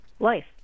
life